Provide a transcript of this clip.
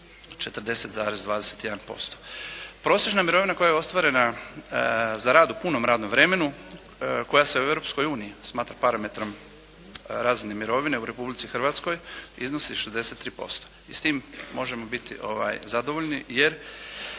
40,21%. Prosječna mirovina koja je ostvarena za rad u punom radnom vremenu, koja se u Europskoj uniji smatra parametrom razine mirovine u Republici Hrvatskoj iznosi 63%. I s tim možemo biti zadovoljni jer